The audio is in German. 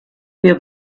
wir